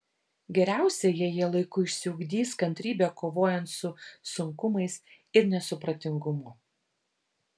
geriausia jei jie laiku išsiugdys kantrybę kovojant su sunkumais ir nesupratingumu